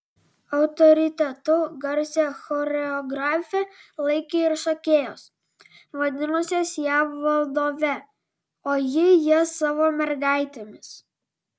autoritetu garsią choreografę laikė ir šokėjos vadinusios ją vadove o ji jas savo mergaitėmis